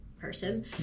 person